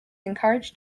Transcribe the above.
encouraged